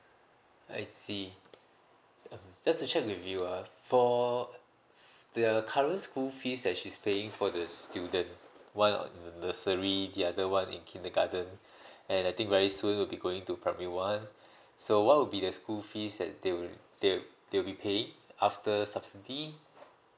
I see just check with you ah for the current school fees that she's paying for the student one in nursery the other one in kindergarten and I think very soon will be going to primary one so what would be the school fees that they they they will be paying after subsidy